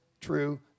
true